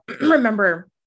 remember